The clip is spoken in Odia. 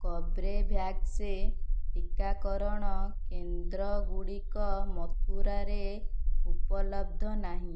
କର୍ବେଭ୍ୟାକ୍ସ ଟିକାକରଣ କେନ୍ଦ୍ର ଗୁଡ଼ିକ ମଥୁରାରେ ଉପଲବ୍ଧ ନାହିଁ